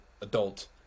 adult